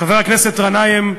חבר הכנסת גנאים,